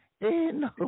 no